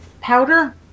powder